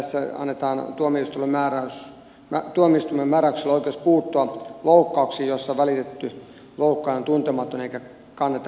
tässä annetaan tuomioistuimille määräyksellä oikeus puuttua loukkauksiin joissa väitetty loukkaaja on tuntematon eikä kannetta häntä vastaan voida nostaa